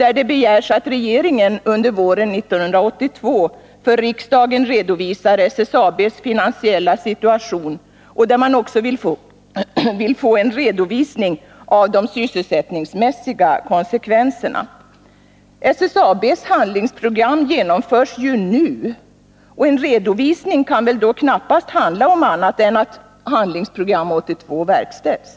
Där begär gruppen att regeringen under våren 1982 för riksdagen skall redovisa SSAB:s finansiella situation, och den vill också få en redovisning av de sysselsättningsmässiga konsekvenserna. SSAB:s handlingsprogram genomförs ju nu, och en redovisning kan väl då knappast handla om annat än att Handlingsprogram 82 verkställs.